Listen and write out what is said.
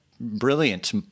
brilliant